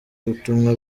ubutumwa